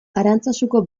arantzazuko